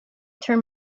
turn